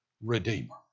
Redeemer